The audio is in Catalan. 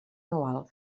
anual